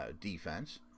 defense